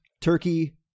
turkey